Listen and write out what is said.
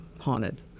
haunted